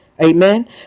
Amen